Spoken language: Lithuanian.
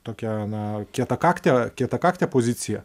tokią na kietakaktę kietakaktę poziciją